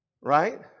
right